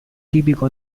tipico